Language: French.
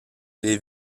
les